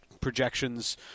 projections